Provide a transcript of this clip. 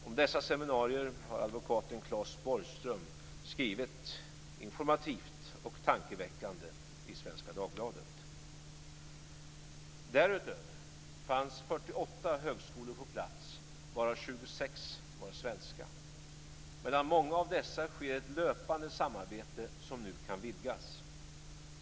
Om dessa seminarier har advokaten Claes Borgström skrivit informativt och tankeväckande i Svenska Dagbladet. Därutöver fanns 48 högskolor på plats, varav 26 var svenska. Mellan många av dessa sker ett löpande samarbete som nu kan vidgas.